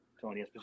Tony